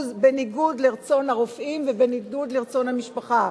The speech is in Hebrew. בניגוד לרצון הרופאים ובניגוד לרצון המשפחה.